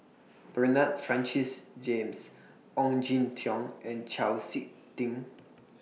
Bernard Francis James Ong Jin Teong and Chau Sik Ting